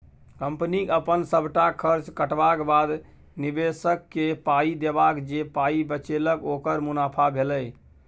कंपनीक अपन सबटा खर्च कटबाक बाद, निबेशककेँ पाइ देबाक जे पाइ बचेलक ओकर मुनाफा भेलै